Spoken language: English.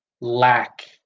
lack